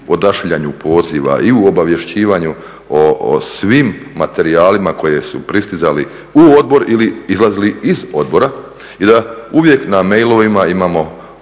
i u obavještavanju o svim materijalima koji su pristizali u odbor ili izlazili iz odbora i da uvijek na mailovima imamo